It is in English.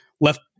left